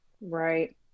Right